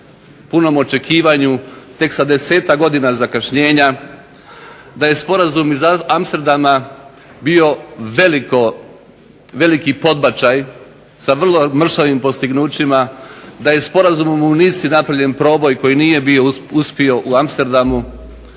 punom očekivanju, tek sa 10-tak godina zakašnjenja, da je sporazum iz Amsterdama bio veliki podbačaj sa vrlo mršavim postignućima, da je sporazumom u Nici napravljen proboj koji nije bio uspio u Amsterdamu,